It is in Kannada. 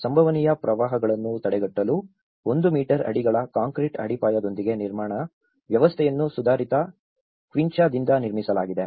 ಸಂಭವನೀಯ ಪ್ರವಾಹಗಳನ್ನು ತಡೆಗಟ್ಟಲು 1 ಮೀಟರ್ ಅಡಿಗಳ ಕಾಂಕ್ರೀಟ್ ಅಡಿಪಾಯದೊಂದಿಗೆ ನಿರ್ಮಾಣ ವ್ಯವಸ್ಥೆಯನ್ನು ಸುಧಾರಿತ ಕ್ವಿಂಚಾ ದಿಂದ ನಿರ್ಮಿಸಲಾಗಿದೆ